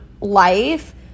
life